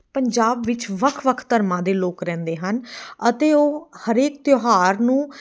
ਪੰਜਾਬ ਵਿੱਚ ਵੱਖ ਵੱਖ ਧਰਮਾਂ ਦੇ ਲੋਕ ਰਹਿੰਦੇ ਹਨ ਅਤੇ ਉਹ ਹਰੇਕ ਤਿਉਹਾਰ ਨੂੰ